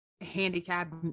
handicapped